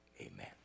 amen